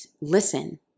listen